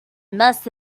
most